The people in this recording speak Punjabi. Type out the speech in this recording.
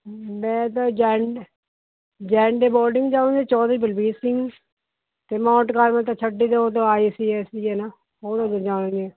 ਮੈਂ ਤਾਂ ਜੈਨ ਜੈਨ ਡੇ ਬੋਰਡਿੰਗ ਜਾਊਗੀ ਚੌਧਰੀ ਬਲਬੀਰ ਸਿੰਘ ਅਤੇ ਮਾਊਂਟ ਕਾਰਮਲ ਤਾਂ ਛੱਡ ਹੀ ਦਓ ਉਹ ਤਾਂ ਆਈ ਸੀ ਐਸ ਈ ਹੈ ਨਾ ਉਹ ਤਾਂ ਨਹੀਂ ਜਾਣਗੇ